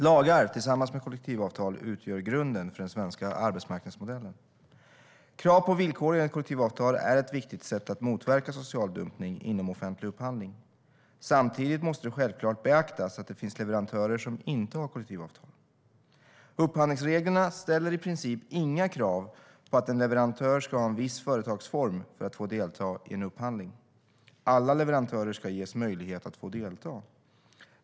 Lagar tillsammans med kollektivavtal utgör grunden för den svenska arbetsmarknadsmodellen. Krav på villkor enligt kollektivavtal är ett viktigt sätt att motverka social dumpning inom offentlig upphandling. Samtidigt måste det självklart beaktas att det finns leverantörer som inte har kollektivavtal. Upphandlingsreglerna ställer i princip inga krav på att en leverantör ska ha en viss företagsform för att få delta i en upphandling. Alla leverantörer ska ges möjlighet att delta.